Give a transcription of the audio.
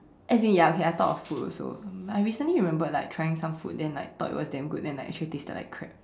as in ya okay I thought of food also um I recently remembered like trying some food then like thought it was damn good then like actually tasted like crap